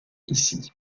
ici